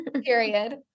Period